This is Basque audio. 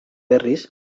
berriz